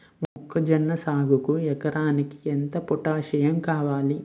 మొక్కజొన్న సాగుకు ఎకరానికి ఎంత పోటాస్సియం అవసరం?